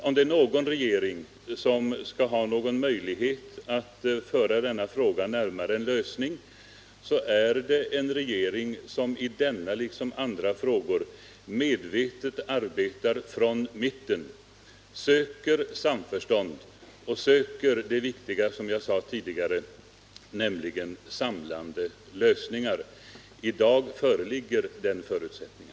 Om det är någon regering som skulle ha någon möjlighet att föra denna Torsdagen den fråga närmare en lösning så är det en regering som i denna liksom i andra 16 november 1978 frågor medvetet arbetar från mitten: söker samförstånd och söker det viktiga, som jag sade tidigare, nämligen samlande lösningar. I dag föreligger den